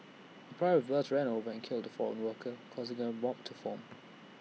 A private bus ran over and killed A foreign worker causing A mob to form